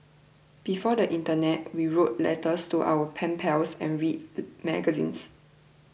before the internet we wrote letters to our pen pals and read magazines